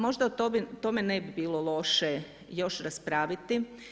Možda o tome ne bi bilo loše još raspraviti.